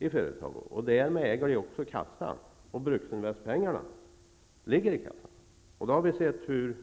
utländskt företag, som därmed också äger kassan, och Bruksinvests pengar ligger i kassan. Vi har sett hur